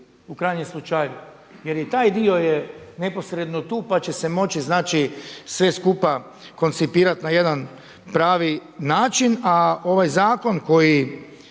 u krajnjem slučaju, jer i taj dio je neposredno tu, pa će se moći znači sve skupa koncipirati na jedan pravi način, a ovaj zakon koji